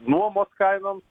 nuomos kainoms